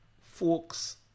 folks